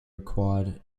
required